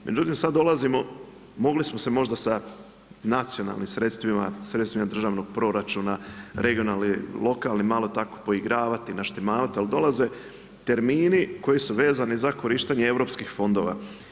Međutim, sada dolazimo, mogli smo se možda da nacionalnim sredstvima, sredstvima državnog proračuna, regionalni, lokalni malo tako poigravati, naštimavati ali dolaze termini koji su vezani za korištenje europskih fondova.